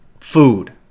Food